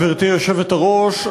גברתי היושבת-ראש,